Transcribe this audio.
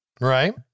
right